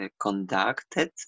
conducted